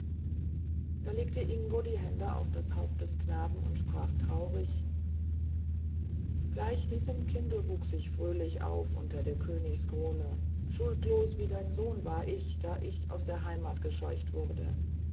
da legte ingo die hände auf das haupt des knaben und sprach traurig gleich diesem kinde wuchs ich fröhlich auf unter der königskrone schuldlos wie dein sohn war ich da ich aus der heimat gescheucht wurde